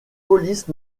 polices